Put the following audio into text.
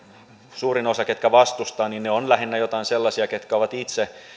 suurin osa ketkä vastustavat on lähinnä joitain sellaisia ketkä ovat itse